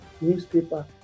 newspaper